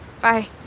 bye